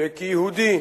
שכיהודי,